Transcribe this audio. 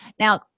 now